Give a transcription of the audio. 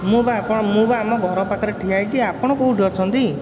ମୁଁ ବା ଆପଣ ମୁଁ ବା ଆମ ଘର ପାଖରେ ଠିଆ ହେଇଛି ଆପଣ କେଉଁଠି ଅଛନ୍ତି